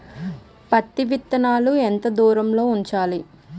పత్తి విత్తనాలు ఎంత దూరంలో ఉంచాలి?